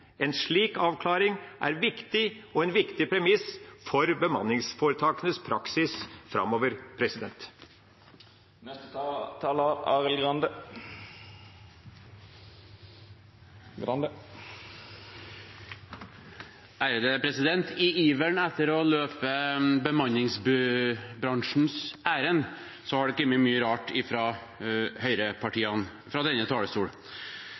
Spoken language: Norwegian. En slik avklaring er viktig og en viktig premiss for bemanningsforetakenes praksis framover. I iveren etter å løpe bemanningsbransjens ærend har det kommet mye rart fra høyrepartiene fra denne